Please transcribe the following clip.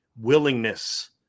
willingness